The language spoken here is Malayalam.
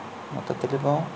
മൊത്തത്തിൽ ഇപ്പോൾ